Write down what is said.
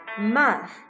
month